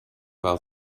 war